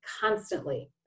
constantly